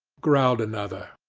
growled another.